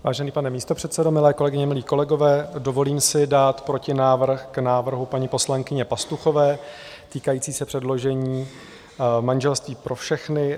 Vážený pane místopředsedo, milé kolegyně, milí kolegové, dovolím si dát protinávrh k návrhu paní poslankyně Pastuchové, týkající se předložení manželství pro všechny.